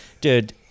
dude